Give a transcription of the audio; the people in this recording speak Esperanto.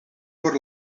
por